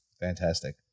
fantastic